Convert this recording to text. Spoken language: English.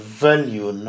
value